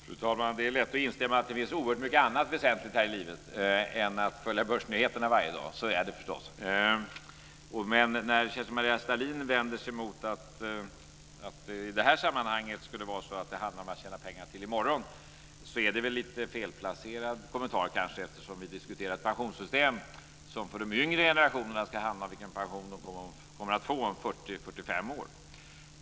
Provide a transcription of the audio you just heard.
Fru talman! Det är lätt att instämma i att det finns oerhört mycket annat väsentligt här i livet än att följa börsnyheterna varje dag. Så är det förstås. Men när Kerstin-Maria Stalin vänder sig mot att det i det här sammanhanget skulle handla om att tjäna pengar till i morgon är det väl kanske en lite felplacerad kommentar, eftersom vi diskuterat ett pensionssystem som för de yngre generationerna handlar om vilken pension de kommer att få om 40-45 år.